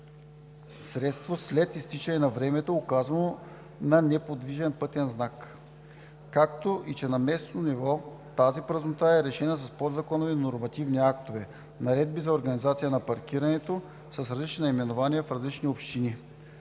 след изтичане на времето, указано на неподвижен пътен знак. Както и че на местно ниво тази празнота е разрешена с подзаконови нормативни актове – наредби за организация на паркирането (с различни наименования в различните общини),